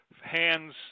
hands